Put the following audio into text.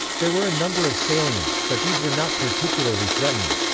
there were a number of salients, but these were not particularly threatening.